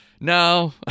no